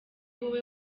wowe